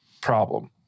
problem